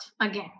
again